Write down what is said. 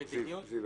זיו,